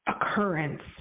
occurrence